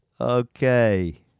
okay